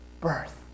birth